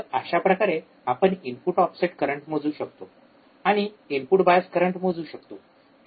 तर अशा प्रकारे आपण इनपुट ऑफसेट करंट मोजू शकतो आणि आपण इनपुट बायस करंट मोजू शकतो